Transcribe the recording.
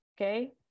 okay